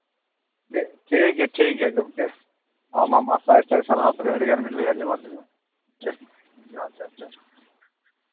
ᱴᱷᱤᱠ ᱜᱮᱭᱟ ᱴᱷᱤᱠ ᱜᱮᱭᱟ ᱜᱚᱢᱠᱮ ᱦᱮᱸ ᱢᱟ ᱢᱟ ᱥᱟᱭ ᱥᱟᱭ ᱥᱟᱨᱦᱟᱣ ᱛᱚᱵᱮ ᱟᱹᱰᱤᱜᱟᱱ ᱵᱮᱱ ᱞᱟᱹᱭ ᱟᱡᱚᱢᱟᱜ ᱞᱤᱧᱟ ᱴᱷᱤᱠ ᱡᱚᱦᱟᱨ ᱡᱚᱦᱟᱨ ᱡᱚᱦᱟᱨ